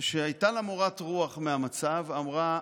שהייתה לה מורת רוח מהמצב, אמרה: